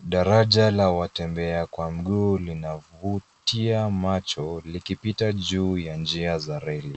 Daraja la watembea kwa mguu linavutia macho likipita juu ya njia za reli.